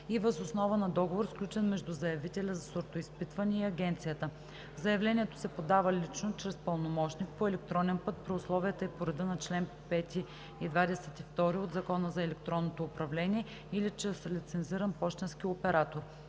и въз основа на договор, сключен между заявителя за сортоизпитване и Агенцията. Заявлението се подава лично, чрез пълномощник, по електронен път при условията и по реда на чл. 5 и 22 от Закона за електронното управление или чрез лицензиран пощенски оператор.“